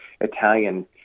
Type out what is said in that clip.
Italian